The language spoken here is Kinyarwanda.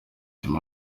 yagize